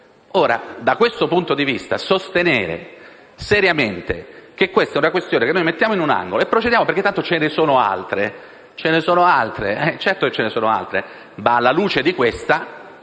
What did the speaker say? c'era. Da questo punto di vista, sostenere seriamente che questa è una questione che noi mettiamo in un angolo e procediamo perché tanto ce ne sono altre (certo che ce ne